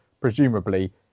Presumably